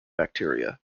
bacteria